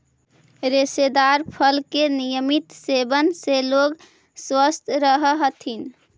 रेशेदार फल के नियमित सेवन से लोग स्वस्थ रहऽ हथी